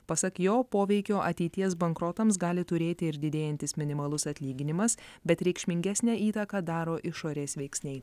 pasak jo poveikio ateities bankrotams gali turėti ir didėjantis minimalus atlyginimas bet reikšmingesnę įtaką daro išorės veiksniai